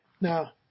Now